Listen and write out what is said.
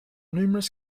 numerous